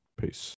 peace